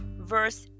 verse